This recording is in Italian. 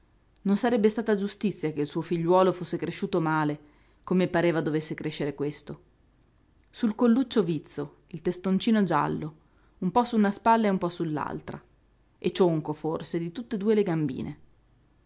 non sarebbe stata giustizia che il suo figliuolo fosse cresciuto male come pareva dovesse crescere questo sul colluccio vizzo il testoncino giallo un po su una spalla e un po sull'altra e cionco forse di tutt'e due le gambine